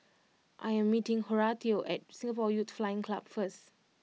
I am meeting Horatio at Singapore Youth Flying Club first